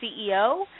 CEO